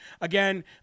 Again